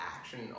action